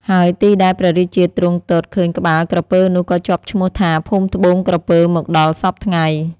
ហើយទីដែលព្រះរាជាទ្រង់ទតឃើញក្បាលក្រពើនោះក៏ជាប់ឈ្មោះថា ភូមិត្បូងក្រពើ មកដល់សព្វថ្ងៃ ។